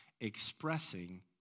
expressing